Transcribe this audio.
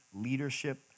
leadership